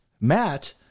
Matt